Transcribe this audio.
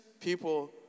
people